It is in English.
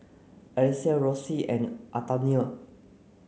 Alexys Roxie and Antonia